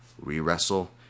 Re-wrestle